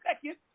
second